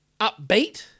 upbeat